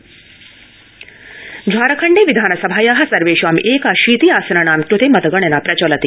झारखण्ड मतगणना झारखण्डे विधानसभाया सर्वेषाम् एकाशीति आसानाञ्कृते मतगणना प्रचलति